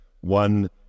one